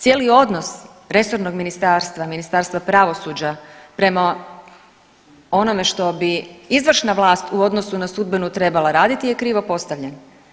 Cijeli odnos resornog ministarstva, Ministarstva pravosuđa prema onome što bi izvršna vlast u odnosu na sudbenu trebala raditi je krivo postavljen.